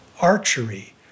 Archery